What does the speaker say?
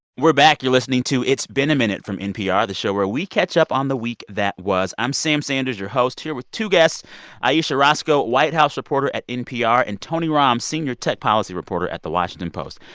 we're back. you're listening to it's been a minute from npr, the show where we catch up on the week that was. i'm sam sanders, your host here with two guests ayesha rascoe, white house reporter at npr, and tony romm, senior tech policy reporter at the washington post.